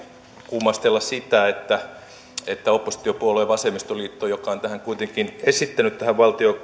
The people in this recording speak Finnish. kummastella sitä että että oppositiopuolue vasemmistoliitto joka on kuitenkin esittänyt tähän